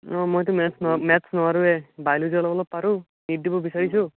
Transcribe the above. অ' মইটো maths maths নোৱাৰোৱে biology অলপ অলপ পাৰোঁ নীট দিব বিচাৰিছোঁ